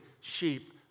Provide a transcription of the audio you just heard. sheep